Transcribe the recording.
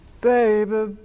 Baby